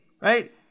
right